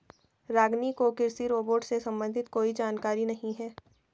रागिनी को कृषि रोबोट से संबंधित कोई जानकारी नहीं है